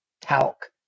talc